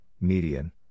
median